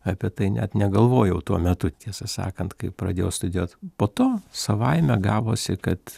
apie tai net negalvojau tuo metu tiesą sakant kai pradėjau studijuot po to savaime gavosi kad